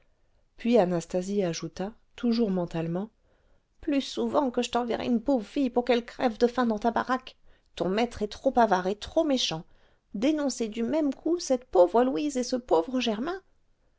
puis anastasie ajouta toujours mentalement plus souvent que je t'enverrai une pauvre fille pour qu'elle crève de faim dans ta baraque ton maître est trop avare et trop méchant dénoncer du même coup cette pauvre louise et ce pauvre germain